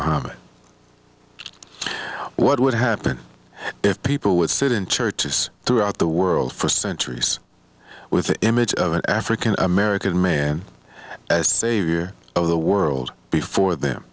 bombing what would happen if people would sit in churches throughout the world for centuries with the image of an african american man as savior of the world before them